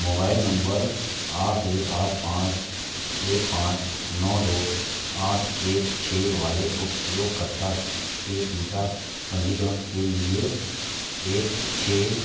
mobile number आठ एक आठ पाँच एक पाँच नौ दो आठ एक छः वाले उपयोगकर्ता के टीका पंजीकरण के लिए एक छः